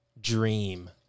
dream